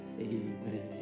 Amen